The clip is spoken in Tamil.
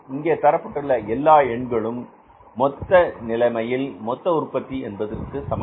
இங்கே தரப்பட்டுள்ள எல்லா எண்களும் மொத்த நிலைமையில் மொத்த உற்பத்தி என்பது சமம்